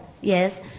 yes